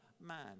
man